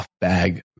Bag